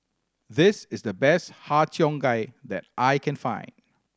this is the best Har Cheong Gai that I can find